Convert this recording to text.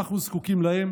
אנחנו זקוקים להם